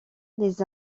les